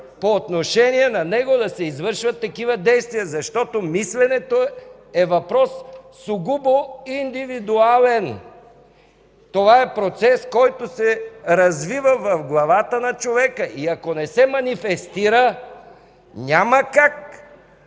по отношение на него да се извършват такива действия, защото мисленето е въпрос сугубо индивидуален. Това е процес, който се развива в главата на човека и ако не се манифестира, няма как.